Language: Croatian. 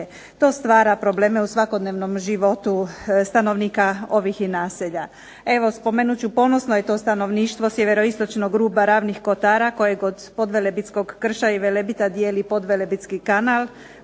To stvara probleme u svakodnevnom životu stanovnika ovih naselja. Evo spomenut ću, ponosno je to stanovništvo sjeveroistočnog ruba Ravnih Kotara, kojeg od podvelebitskog krša i Velebita dijeli podvelebitski kanal,